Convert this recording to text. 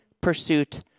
pursuit